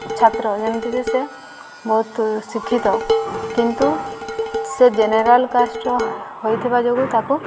ଛାତ୍ର ଯେମିତିକି ସେ ବହୁତ ଶିକ୍ଷିତ କିନ୍ତୁ ସେ ଜେନେରାଲ୍ କାଷ୍ଟ୍ର ହୋଇଥିବା ଯୋଗୁଁ ତାକୁ